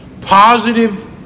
Positive